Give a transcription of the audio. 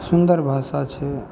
सुन्दर भाषा छै